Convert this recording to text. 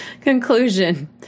Conclusion